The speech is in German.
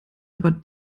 aber